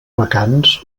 vacants